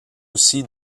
aussi